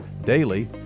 Daily